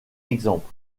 exemple